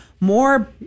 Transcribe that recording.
more